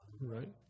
Right